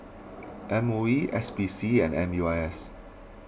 M O E S P C and M U I S